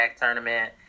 Tournament